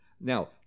Now